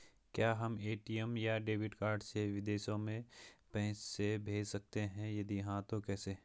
क्या हम ए.टी.एम या डेबिट कार्ड से विदेशों में पैसे भेज सकते हैं यदि हाँ तो कैसे?